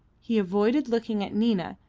he avoided looking at nina,